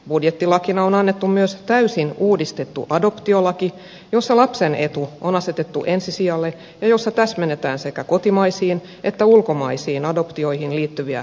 budjettilakina on annettu myös täysin uudistettu adoptiolaki jossa lapsen etu on asetettu ensi sijalle ja jossa täsmennetään sekä kotimaisiin että ulkomaisiin adoptioihin liittyviä vaatimuksia